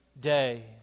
day